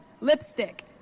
lipstick